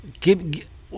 Give